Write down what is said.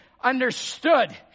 understood